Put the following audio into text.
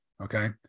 Okay